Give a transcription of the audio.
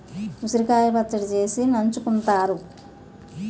ఉసిరికాయ పచ్చడి చేసి నంచుకుంతారు